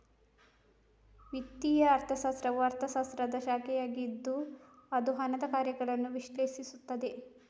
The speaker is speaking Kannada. ವಿತ್ತೀಯ ಅರ್ಥಶಾಸ್ತ್ರವು ಅರ್ಥಶಾಸ್ತ್ರದ ಶಾಖೆಯಾಗಿದ್ದು ಅದು ಹಣದ ಕಾರ್ಯಗಳನ್ನು ವಿಶ್ಲೇಷಿಸುತ್ತದೆ